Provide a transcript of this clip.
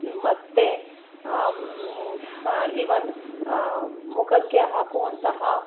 ಮತ್ತು ಇವನ್ ಮುಖಕ್ಕೆ ಹಾಕುವಂತಹ